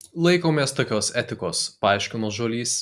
laikomės tokios etikos paaiškino žuolys